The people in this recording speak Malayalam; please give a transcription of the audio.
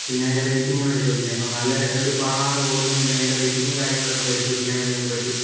പിന്നേ അതിൻ്റെ റേറ്റിംഗ് പരിശോധിക്കാൻ ഇപ്പോൾ നല്ല ഒരു പാടമാണ് ഓടുന്നതെങ്കിൽ അതിൻറെ റേറ്റിംഗ് കാര്യങ്ങളൊക്കെ പരിശോധിക്കാൻ വേണ്ടി നമുക്ക് പറ്റും